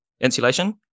insulation